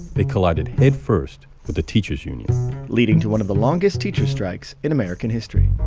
they collided headfirst with the teachers union leading to one of the longest teachers strikes in american history